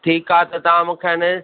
ठीकु आहे त तव्हां मूंखे हिन